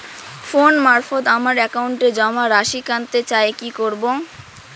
Phone মারফত আমার একাউন্টে জমা রাশি কান্তে চাই কি করবো?